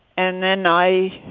and then i